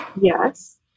yes